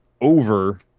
over